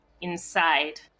inside